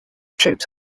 troops